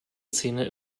zähne